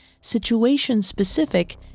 situation-specific